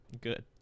good